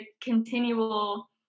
continual